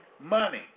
money